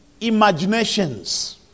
imaginations